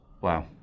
Wow